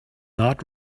not